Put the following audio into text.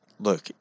Look